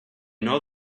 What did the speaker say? know